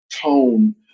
tone